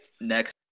next